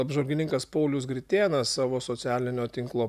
apžvalgininkas paulius gritėnas savo socialinio tinklo